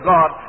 God